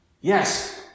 Yes